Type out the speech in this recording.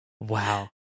Wow